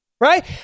right